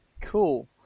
Cool